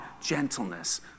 gentleness